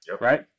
right